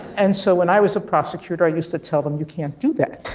and so when i was a prosecutor, i used to tell them, you can't do that